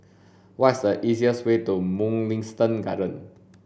what is the easiest way to Mugliston Gardens